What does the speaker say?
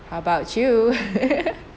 how about you